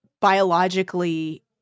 biologically